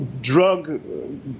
drug